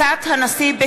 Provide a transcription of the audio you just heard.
הנשיא.